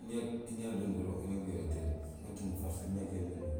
inyaa ye nduduulu inan gi yuudi atéda, ngette ngi forse wi.